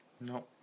No